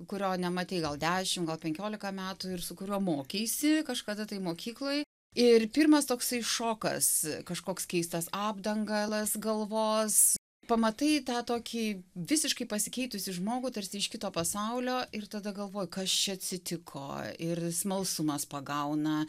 kurio nematei gal dešim gal penkiolika metų ir su kuriuo mokeisi kažkada tai mokykloj ir pirmas toksai šokas kažkoks keistas apdangalas galvos pamatai tą tokį visiškai pasikeitusį žmogų tarsi iš kito pasaulio ir tada galvoji kas čia atsitiko ir smalsumas pagauna